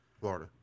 Florida